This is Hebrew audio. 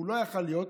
לא יכלו להיות,